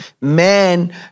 man